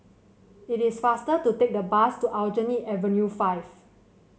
it is faster to take the bus to Aljunied Avenue Five